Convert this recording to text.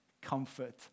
comfort